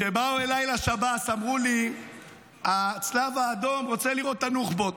כשבאו אליי לשב"ס ואמרו לי שהצלב האדום רוצה לראות את הנוח'בות,